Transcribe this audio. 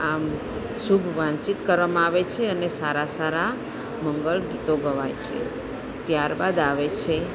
આમ શુભવાંચિત કરવામાં આવે છે અને સારા સારા મંગળ ગીતો ગવાય છે ત્યારબાદ આવે છે